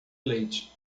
leite